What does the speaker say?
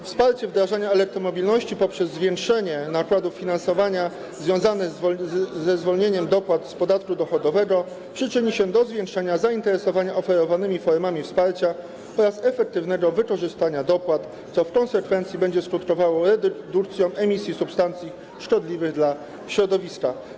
Wsparcie wdrożenia elektromobilności poprzez zwiększenie nakładów finansowanych związanych ze zwolnieniem dopłat z podatku dochodowego przyczyni się do zwiększenia zainteresowania oferowanymi formami wsparcia oraz efektywnego wykorzystania dopłat, co będzie skutkowało redukcją emisji substancji szkodliwych dla środowiska.